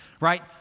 right